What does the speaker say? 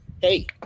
hey